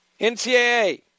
NCAA